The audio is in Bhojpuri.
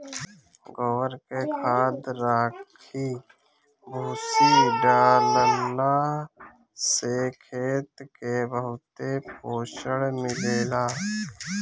गोबर के खाद, राखी, भूसी डालला से खेत के बहुते पोषण मिलेला